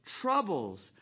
troubles